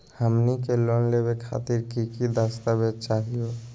हमनी के लोन लेवे खातीर की की दस्तावेज चाहीयो?